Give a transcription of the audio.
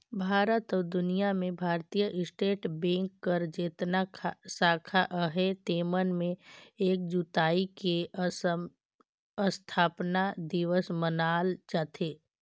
भारत अउ दुनियां में भारतीय स्टेट बेंक कर जेतना साखा अहे तेमन में एक जुलाई के असथापना दिवस मनाल जाथे